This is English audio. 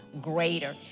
greater